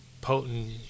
potent